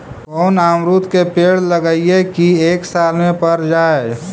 कोन अमरुद के पेड़ लगइयै कि एक साल में पर जाएं?